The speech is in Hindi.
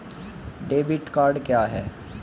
डेबिट कार्ड क्या है?